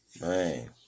Man